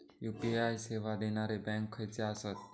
UPI सेवा देणारे bank खयचे आसत?